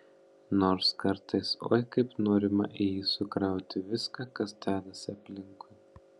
nors kartais oi kaip norima į jį sukrauti viską kas dedasi aplinkui